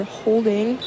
holding